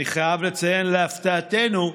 אני חייב לציין להפתעתנו,